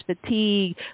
fatigue